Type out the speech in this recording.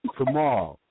tomorrow